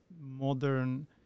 modern